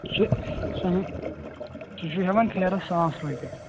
شےٚ سونہِ تُہۍ چھُ ہٮ۪وان پھیران ساس رۄپیہِ